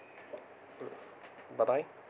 mm bye bye